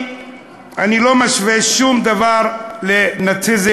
אני לא משווה שום דבר לנאציזם,